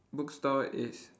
bookstore is